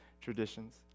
traditions